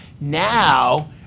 now